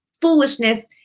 foolishness